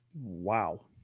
Wow